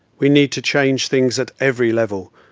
we need to change things at every level,